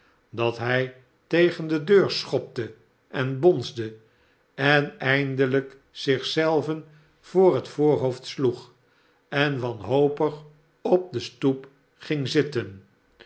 dat hij tegen de deur schopte en bonsde en eindelijk zich zelven voor het voorhoofd sloeg en wanhopig op de stoep ging zitten